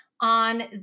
on